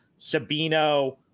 Sabino